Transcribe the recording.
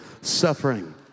suffering